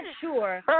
sure